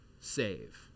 save